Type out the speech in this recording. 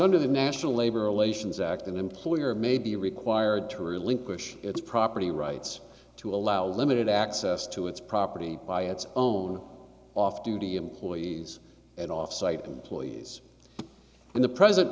under the national labor relations act an employer may be required to relinquish its property rights to allow limited access to its property by its own off duty employees and offsite employees in the present